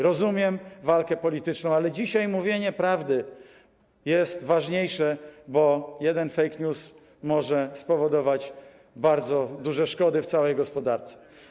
Rozumiem walkę polityczną, ale dzisiaj mówienie prawdy jest ważniejsze, bo jeden fake news może spowodować bardzo duże szkody w całej gospodarce.